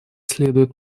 следует